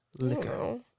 Liquor